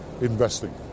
investing